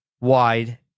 wide